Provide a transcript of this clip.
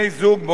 וזאת